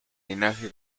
linaje